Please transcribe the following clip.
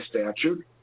statute